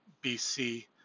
B-C